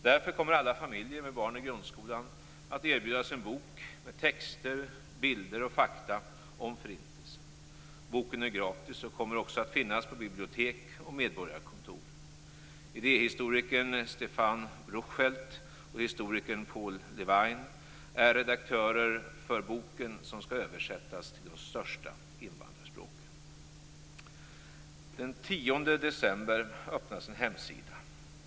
Därför kommer alla familjer med barn i grundskolan att erbjudas en bok med texter, bilder och fakta om Förintelsen. Boken är gratis och kommer också att finnas på bibliotek och medborgarkontor. Idéhistorikern Stéphane Bruchfeld och historikern Paul Levine är redaktörer för boken, som skall översättas till de största invandrarspråken. Den 10 december öppnas en hemsida.